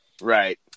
right